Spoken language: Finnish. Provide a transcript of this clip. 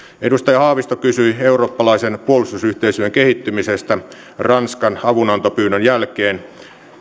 edustaja haavisto kysyi eurooppalaisen puolustusyhteistyön kehittymisestä ranskan avunantopyynnön jälkeen